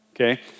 okay